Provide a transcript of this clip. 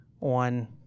on